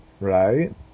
Right